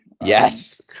Yes